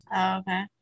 Okay